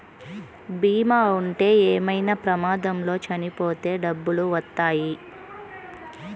బీమా ఉంటే ఏమైనా ప్రమాదంలో చనిపోతే డబ్బులు వత్తాయి